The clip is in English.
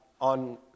on